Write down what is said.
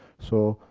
so,